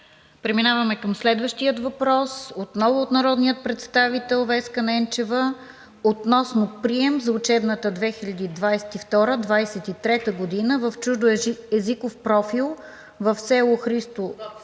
Преминаваме към следващия въпрос отново от народния представител Веска Ненчева относно прием за учебната 2022 – 2023 г. в чуждоезиков профил в Средно